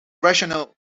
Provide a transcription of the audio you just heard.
rationale